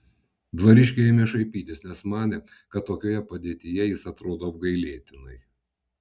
dvariškiai ėmė šaipytis nes manė kad tokioje padėtyje jis atrodo apgailėtinai